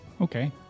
Okay